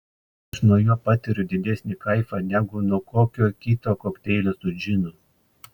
aš nuo jo patiriu didesnį kaifą negu nuo kokio kito kokteilio su džinu